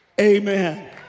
amen